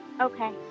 Okay